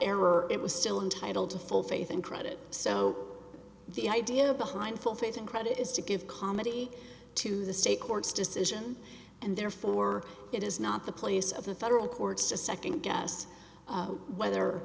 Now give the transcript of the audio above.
error it was still entitle to full faith and credit so the idea behind full faith and credit is to give comedy to the state courts decision and therefore it is not the place of the federal courts to second guess whether